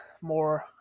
more